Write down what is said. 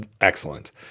excellent